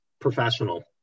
professional